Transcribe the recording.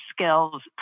skills